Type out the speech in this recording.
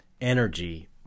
energy